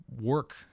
work